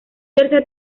tercer